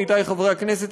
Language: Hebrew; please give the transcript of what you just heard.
עמיתי חברי הכנסת,